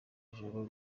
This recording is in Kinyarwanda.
joro